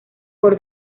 por